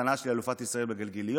הקטנה שלי היא אלופת ישראל בגלגיליות.